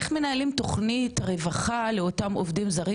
איך מנהלים תוכנית רווחה לאותם עובדים זרים